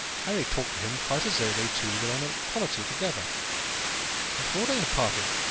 harry talked to him quite as though they two were on an equality together and, before they had parted,